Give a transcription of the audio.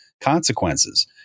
consequences